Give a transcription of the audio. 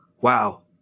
wow